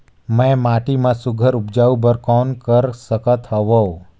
मैं माटी मा सुघ्घर उपजाऊ बर कौन कर सकत हवो?